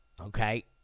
Okay